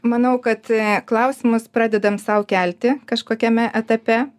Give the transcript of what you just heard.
manau kad klausimus pradedam sau kelti kažkokiame etape